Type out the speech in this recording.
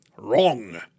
Wrong